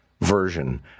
version